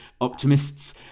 optimists